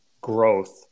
growth